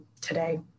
today